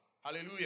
Hallelujah